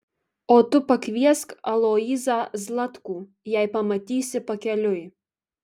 o tu pakviesk aloyzą zlatkų jei pamatysi pakeliui